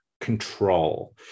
control